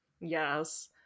Yes